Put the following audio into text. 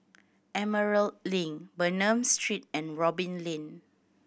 Emerald Link Bernam Street and Robin Lane